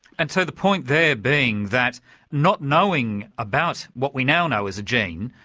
and so the point there being that not knowing about what we now know as a gene,